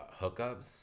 hookups